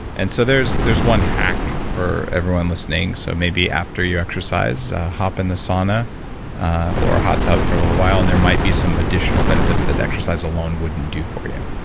and so there's there's one hack for everyone listening, so maybe after you exercise, hop in the sauna or a hot tub for a little while and there might be some additional benefits that exercise alone wouldn't do for you,